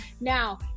now